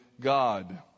God